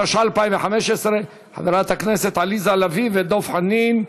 התשע"ה 2015, של חברת הכנסת עליזה לביא ודב חנין.